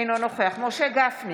אינו נוכח משה גפני,